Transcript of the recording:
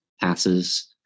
passes